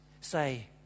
say